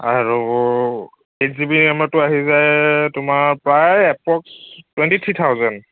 আৰু eight G B ৰেমৰটো আহি যায় তোমাৰ প্ৰায় এপ্ৰক্স টুৱেণ্টি থ্ৰী থাউজেণ্ড